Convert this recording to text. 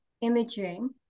imaging